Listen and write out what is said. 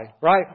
Right